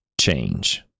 change